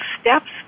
steps